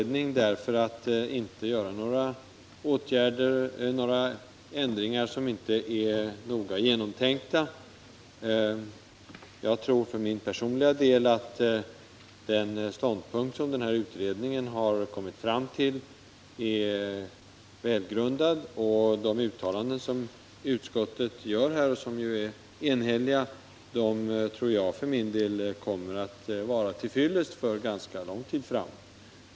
Därför finns det anledning att avstå från ändringar som inte är noga genomtänkta. Jag tror för min personliga del, att den ståndpunkt som den nämnda utredningen har kommit fram till är välgrundad. De enhälliga uttalanden som utskottet gör tror jag också kommer att vara till fyllest för ganska lång tid framåt.